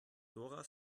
dora